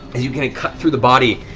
you cut through the body.